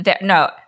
No